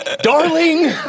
darling